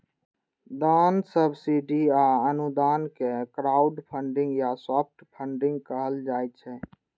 दान, सब्सिडी आ अनुदान कें क्राउडफंडिंग या सॉफ्ट फंडिग कहल जाइ छै